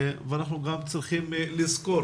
ואנחנו גם צריכים לזכור